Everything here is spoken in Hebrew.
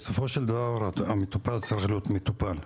בסופו של דבר המטופל צריך להיות מטופל,